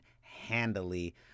handily